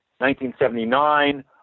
1979